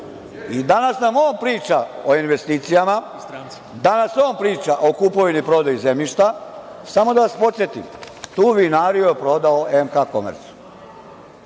I danas nam on priča o investicijama? Danas nam on priča o kupovini i prodaji zemljišta. Samo da vas podsetim, tu vinariju je prodao „MK Komercu“.